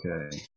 Okay